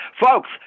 Folks